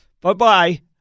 Bye-bye